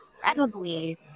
incredibly